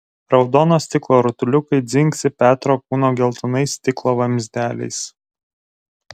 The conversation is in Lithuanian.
raudono stiklo rutuliukai dzingsi petro kūno geltonais stiklo vamzdeliais